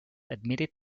admitted